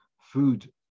food